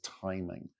timing